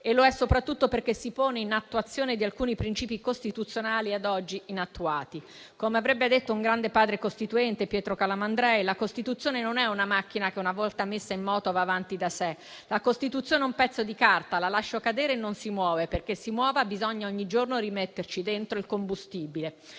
e lo è soprattutto perché si pone in attuazione di alcuni principi costituzionali a oggi inattuati. Come avrebbe detto un grande Padre costituente, Pietro Calamandrei, la Costituzione non è una macchina che, una volta messa in moto, va avanti da sé. La Costituzione è un pezzo di carta, la lascio cadere e non si muove: perché si muova, bisogna ogni giorno rimetterci dentro il combustibile.